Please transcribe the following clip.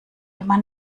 immer